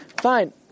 Fine